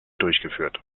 durchgeführt